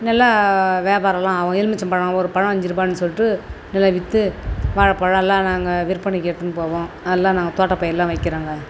நல்லா வியாபாரம்லாம் ஆகும் எலுமிச்சை பழம் ஒரு பழம் அஞ்சு ரூபானு சொல்லிட்டு நல்லா விற்று வாழைப்பழம் எல்லா நாங்கள் விற்பனைக்கு எடுத்துன்னு போவோம் அதலாம் நாங்கள் தோட்டப்பயிர்லாம் வைக்கிறேங்க